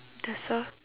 that's all